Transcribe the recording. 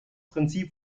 prinzip